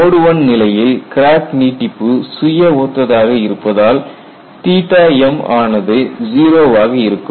mode I நிலையில் crack நீட்டிப்பு சுய ஒத்ததாக இருப்பதால் m ஆனது 0 வாக இருக்கும்